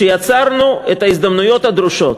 "שיצרנו את ההזדמנויות הדרושות.